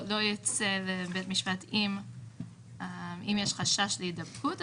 ייצא לבית משפט אם יש חשש להידבקות,